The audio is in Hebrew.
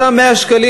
אותם 100 שקלים,